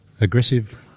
aggressive